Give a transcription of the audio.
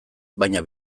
baina